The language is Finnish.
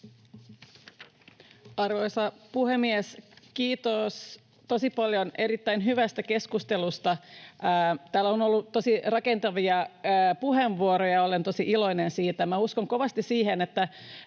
Arvoisa puhemies! Kiitos tosi paljon erittäin hyvästä keskustelusta. Täällä on ollut tosi rakentavia puheenvuoroja, ja olen tosi iloinen siitä. Minä uskon kovasti siihen, että